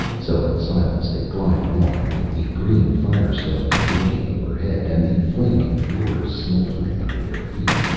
so in silence they glided on with the green fire-stones blinking overhead and the flaming floors smoldering under their feet,